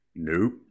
Nope